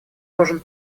должен